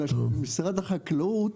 אלא שמשרד החקלאות